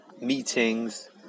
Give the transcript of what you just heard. meetings